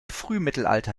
frühmittelalter